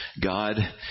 God